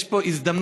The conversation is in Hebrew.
יש פה הזדמנות